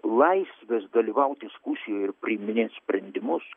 laisvės dalyvaut diskusijoj ir priiminėt sprendimus